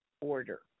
order